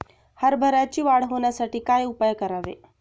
हरभऱ्याची वाढ होण्यासाठी काय उपाय करावे?